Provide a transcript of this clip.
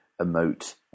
emote